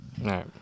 No